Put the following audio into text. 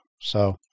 So-